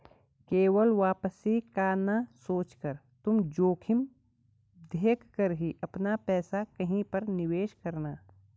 केवल वापसी का ना सोचकर तुम जोखिम देख कर ही अपना पैसा कहीं पर निवेश करना